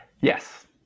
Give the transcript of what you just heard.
Yes